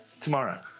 tomorrow